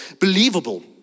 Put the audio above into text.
believable